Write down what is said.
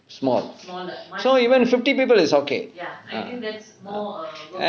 small so even fifty people is okay